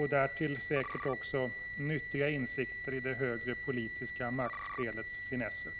och därtill säkert också nyttiga insikter i det högre politiska maktspelets finesser.